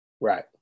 right